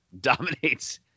dominates